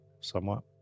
somewhat